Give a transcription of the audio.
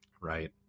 Right